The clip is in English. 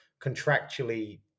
contractually